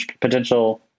potential